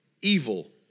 evil